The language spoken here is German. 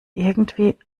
irgendwie